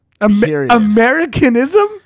Americanism